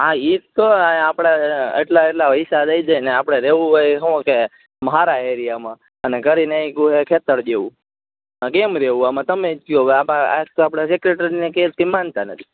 હા ઇસ તો આપણે એટલા એટલા વઈસા દઈદે આપણે રેવું હોય ઇ હું કે મારા એરિયામાં અને ઘરીને ઇ ગુવે ખેતર જેવુ ને કેમ રેવું આમાં તમે જ કયો આબા આજ તો આપડા રેકજ નઇ કે માનતા નથી